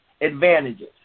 advantages